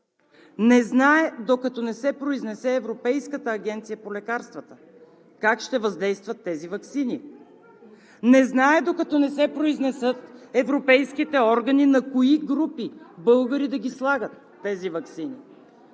Не знае, докато не се произнесе Европейската агенция по лекарствата как ще въздействат тези ваксини! Не знае, докато не се произнесат европейските органи на кои групи българи да ги слагат тези ваксини!